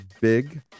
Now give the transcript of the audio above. big